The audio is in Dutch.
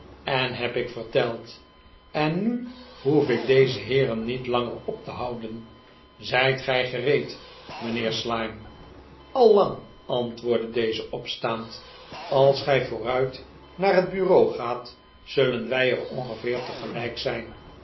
eh heb ik verteld en nu hoef ik deze heeren niet langer op te houden zijt gij gereed mijnheer slyme al lang antwoordde deze opstaand als gij vooruit naar het bureau gaat zullen wij er ongeveer tegelijk zijn